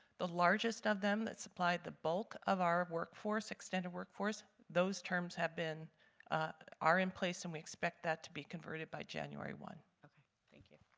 the largest of them that supply the bulk of our workforce, extended workforce, those terms have been are in place and we expect that to be converted by january one. okay. thank you.